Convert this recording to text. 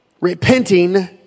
repenting